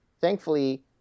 thankfully